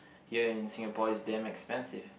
here in Singapore is damn expensive